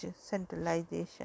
centralization